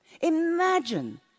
Imagine